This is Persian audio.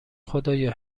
خدایا